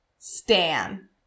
Stan